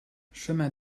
chemin